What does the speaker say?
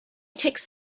tech